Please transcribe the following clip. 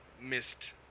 missed